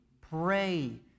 Pray